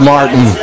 Martin